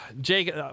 Jake